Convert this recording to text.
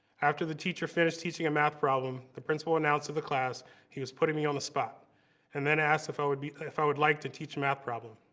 after the teacher finished teaching a math problem, the principal announced of the class he was putting me on the spot and then asked if i would be if i would like to teach a math problem.